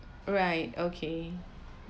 alright okay